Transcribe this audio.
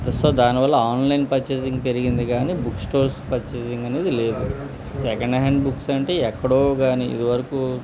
so దానివల్ల online purchasing పెరిగింది కానీ బుక్ స్టోర్స్ పర్చేసింగ్ అనేది లేదు సెకండ్ హ్యాండ్ బుక్స్ అంటే ఎక్కడో కానీ ఇదివరకు